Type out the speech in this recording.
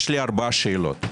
יש לי ארבע שאלות.